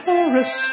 Paris